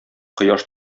кояш